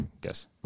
guess